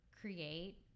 create